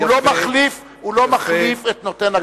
הוא לא מחליף את נותן הכשרות.